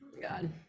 God